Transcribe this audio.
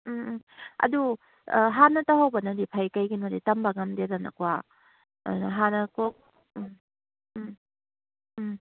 ꯎꯝꯎꯝ ꯑꯗꯨ ꯑ ꯍꯥꯟꯅ ꯇꯧꯍꯧꯕꯅꯗꯤ ꯐꯩ ꯀꯩꯒꯤꯅꯣꯍꯥꯏꯗꯤ ꯇꯝꯕ ꯉꯝꯗꯦꯗꯅꯀꯣ ꯑ ꯍꯥꯟꯅ ꯀꯣꯛ ꯎꯝ ꯎꯝ ꯎꯝ